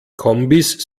kombis